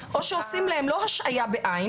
או שעושים להם לא השעייה ב-"ע",